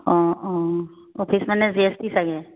অঁ অঁ অফিচ মানে জি এছ টি চাগে